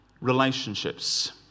relationships